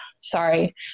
Sorry